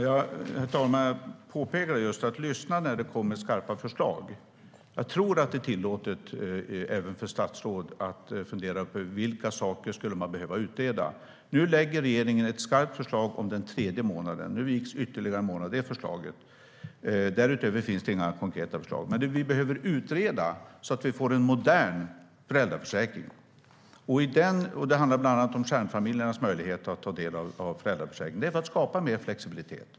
Herr talman! Jag påpekade just att man bör lyssna när det kommer skarpa förslag. Jag tror att det är tillåtet även för statsråd att fundera över vilka saker man skulle behöva utreda. Nu lägger regeringen fram ett skarpt förslag om den tredje månaden, så nu viks ytterligare en månad. Därutöver finns inga konkreta förslag, men vi behöver utreda så att vi får en modern föräldraförsäkring. Det handlar bland annat om kärnfamiljernas möjlighet att ta del av föräldraförsäkringen och om att skapa mer flexibilitet.